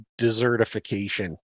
desertification